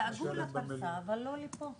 דאגו לפריסה אבל לא לפה.